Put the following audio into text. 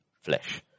flesh